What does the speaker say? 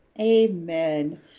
Amen